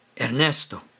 Ernesto